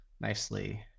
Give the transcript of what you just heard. nicely